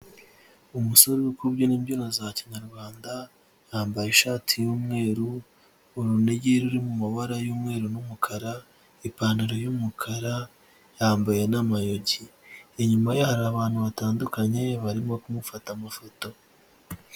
Umusore uri kubyina imbyino za kinyarwanda, yambaye ishati y'umweru, urunigi ruri mu mabara ry'umweru n'umukar,a ipantaro y'umukara, yambaye n'amayugi, inyuma hari abantu batandukanye barimo kumufata amafoto.